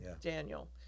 Daniel